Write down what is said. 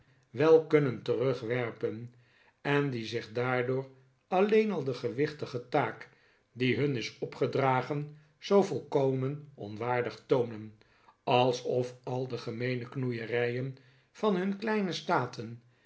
wel kunnen terugwerpen en die zich daardoor alleen al de gewichtige taak die hun is opgedragen zoo volkomen onwaardig toonen alsof al de gemeene knoeierijen van hun kleine staten